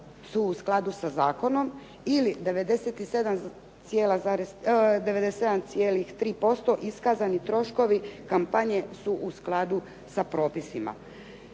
su u skladu sa zakonom ili 97,3% iskazani troškovi kampanje su u skladu sa propisima.